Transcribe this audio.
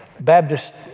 Baptist